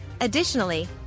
Additionally